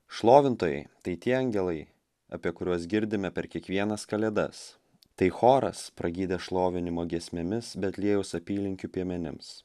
šlovintojai tai tie angelai apie kuriuos girdime per kiekvienas kalėdas tai choras pragydęs šlovinimo giesmėmis betliejaus apylinkių piemenims